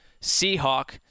Seahawk